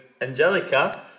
Angelica